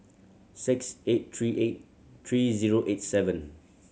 six eight three eight three zero eight seven